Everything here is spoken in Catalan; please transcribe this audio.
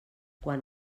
quan